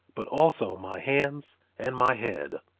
but also my hands and my head.